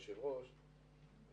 היושב-ראש,